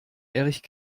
erich